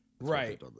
right